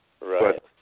Right